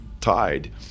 tied